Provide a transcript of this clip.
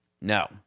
No